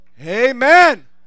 Amen